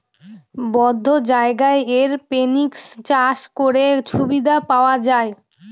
বদ্ধ জায়গায় এরপনিক্স চাষ করে সুবিধা পাওয়া যায়